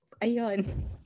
Ayon